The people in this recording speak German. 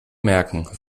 merken